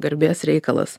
garbės reikalas